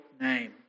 name